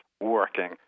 working